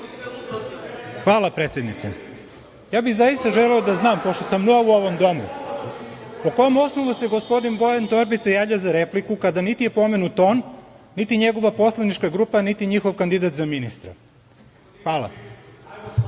Hvala, predsednice. Ja bih zaista želeo da znam, pošto sam nov u ovom domu, po kom osnovu se gospodin Bojan Torbica javlja za repliku, kada niti je pomenut on, niti njegova poslanička grupa, niti njihov kandidat za ministra. Hvala.